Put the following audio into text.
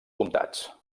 comtats